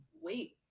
wait